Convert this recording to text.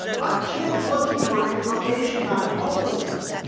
a kid looking for information on homelessness,